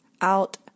Out